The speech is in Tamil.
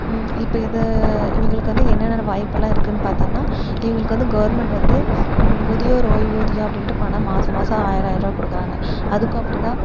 இப்போ இதை இவங்களுக்கு வந்து என்னென்ன வாய்ப்பெல்லாம் இருக்குதுன்னு பார்த்தோன்னா இவங்களுக்கு வந்து கவர்மெண்ட் வந்து முதியோர் ஓய்வூதியம் அப்படின்ட்டு பணம் மாதம் மாதம் ஆயர ஆயரருவா கொடுக்குறாங்க அதுக்கும் அப்படி தான்